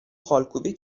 خالکوبی